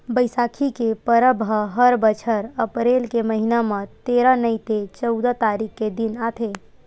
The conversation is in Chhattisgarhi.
बइसाखी के परब ह हर बछर अपरेल के महिना म तेरा नइ ते चउदा तारीख के दिन आथे